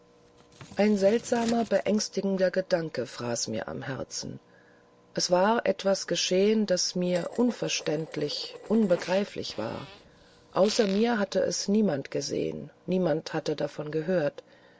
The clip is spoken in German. ein seltsamer beängstigender gedanke fraß mir am herzen es war etwas geschehen das mir unverständlich unbegreiflich war außer mir hatte es niemand gesehen niemand hatte davon gehört